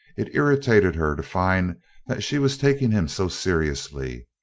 it irritated her to find that she was taking him so seriously.